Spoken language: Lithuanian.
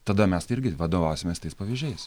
tada mes irgi vadovausimės tais pavyzdžiais